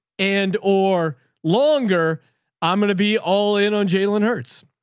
and or longer i'm going to be all in on jalen hurts.